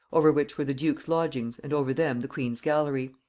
over which were the duke's lodgings and over them the queen's gallery.